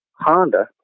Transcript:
honda